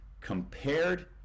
compared